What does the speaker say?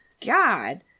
God